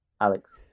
Alex